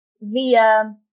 via